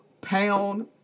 pound